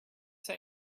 say